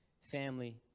Family